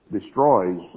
destroys